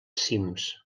cims